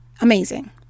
Amazing